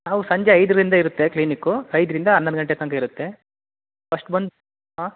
ನಾವು ಸಂಜೆ ಐದರಿಂದ ಇರುತ್ತೆ ಕ್ಲಿನಿಕ್ಕು ಐದರಿಂದ ಹನ್ನೊಂದು ಗಂಟೆ ತನಕ ಇರುತ್ತೆ ಫಶ್ಟ್ ಬಂದು ಹಾಂ